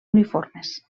uniformes